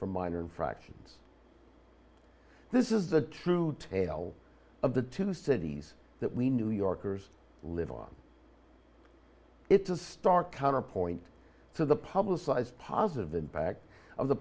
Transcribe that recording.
for minor infractions this is the true tale of the two cities that we new yorkers live on it's a stark counterpoint to the publicized positive impact of the